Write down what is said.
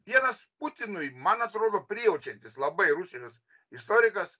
vienas putinui man atrodo prijaučiantis labai rusijos istorikas